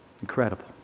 Incredible